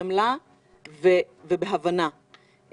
בחמלה ובהבנה,